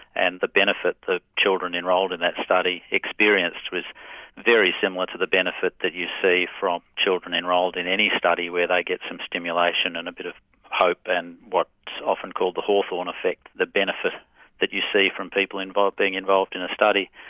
and the benefit that children enrolled in that study experienced was very similar to the benefit that you see from children enrolled in any study where they get some stimulation and a bit of hope and what's often called the hawthorn effect the benefit that you see from people being involved in a study,